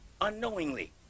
unknowingly